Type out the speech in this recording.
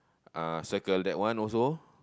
ah circle that one also